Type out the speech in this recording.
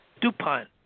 DuPont